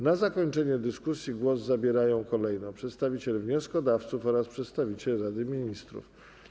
Na zakończenie dyskusji głos zabierają kolejno przedstawiciel wnioskodawców oraz przedstawiciel Rady Ministrów.